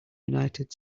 united